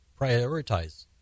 prioritize